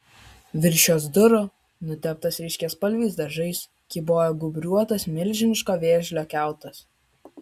virš jos durų nuteptas ryškiaspalviais dažais kybojo gūbriuotas milžiniško vėžlio kiautas